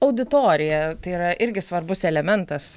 auditorija tai yra irgi svarbus elementas